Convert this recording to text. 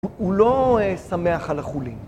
הוא לא שמח על החולין